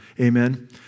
Amen